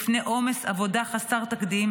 בפני עומס עבודה חסר תקדים